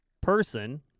person